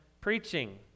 preaching